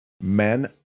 Men